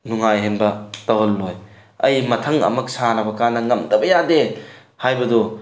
ꯅꯨꯉꯥꯏꯍꯟꯕ ꯇꯧꯍꯜꯂꯣꯏ ꯑꯩ ꯃꯊꯪ ꯑꯃꯨꯛ ꯁꯥꯁꯟꯅꯕꯀꯥꯟꯗ ꯉꯝꯗꯕ ꯌꯥꯗꯦ ꯍꯥꯏꯕꯗꯨ